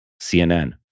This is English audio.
CNN